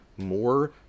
more